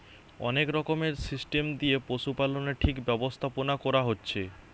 অনেক রকমের সিস্টেম দিয়ে পশুপালনের ঠিক ব্যবস্থাপোনা কোরা হচ্ছে